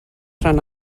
rhan